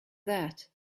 that